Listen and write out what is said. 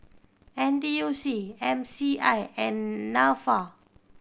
N T U C M C I and Nafa